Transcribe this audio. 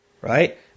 Right